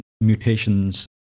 mutations